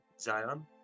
Zion